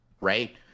right